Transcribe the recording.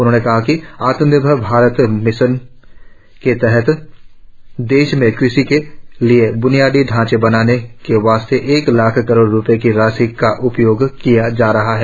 उन्होंने कहा कि आत्मनिर्भर भारत अभियान के तहत देश में क़षि के लिए ब्नियादी ढाँचा बनाने के वास्ते एक लाख करोड़ रुपये की राशि का उपयोग किया जा रहा है